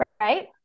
right